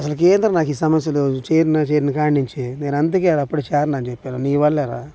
అసలుకు ఏంది రా ఈ సమస్యలు చేరిన చేరినకాడ నుంచి నేను అందుకేరా అప్పుడే చేరనని చెప్పాను నీ వల్లేరా